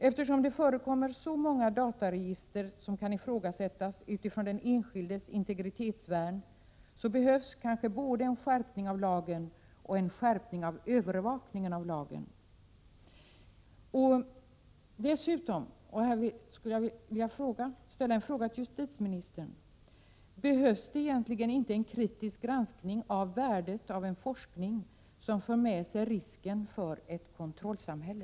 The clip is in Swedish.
Eftersom det förekommer så många dataregister som kan ifrågasättas utifrån den enskildes integritetsvärn, behövs kanske både en skärpning av lagen och en skärpning av övervakningen av lagen. Jag skulle vilja ställa en fråga till justitieministern: Behövs det egentligen inte en kritisk granskning av värdet av en forskning, som för med sig risken för ett kontrollsamhälle?